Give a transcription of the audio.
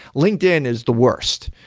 linkedin is the worst.